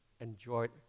enjoyed